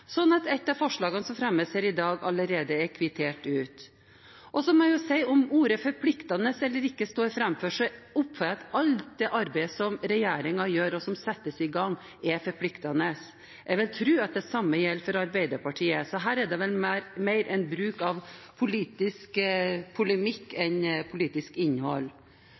ett av forslagene som fremmes her i dag, allerede er kvittert ut. Jeg må si at om ordet «forpliktende» står framfor eller ikke, oppfatter jeg at alt arbeidet regjeringen gjør, og som settes i gang, er forpliktende. Jeg vil tro det samme gjelder for Arbeiderpartiet, så her er det vel mer en bruk av politisk polemikk enn politisk innhold.